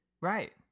right